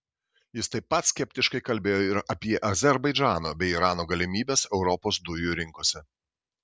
jis taip pat skeptiškai kalbėjo ir apie azerbaidžano bei irano galimybes europos dujų rinkose